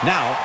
Now